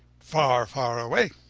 far, far away!